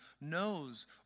knows